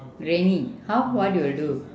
raining how what you will do